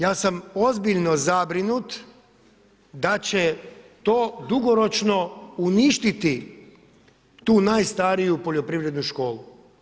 Ja sam ozbiljno zabrinut da će to dugoročno uništiti tu najstariju poljoprivrednu školu.